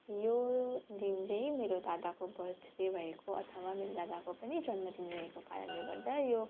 यो दिन चाहिँ मेरो दादाको बर्थडे भएको अथवा मेरो दादाको पनि जन्मदिन रहेको कारणले गर्दा यो